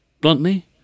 bluntly